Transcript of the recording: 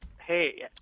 hey